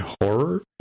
horror